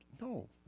no